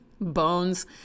bones